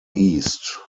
east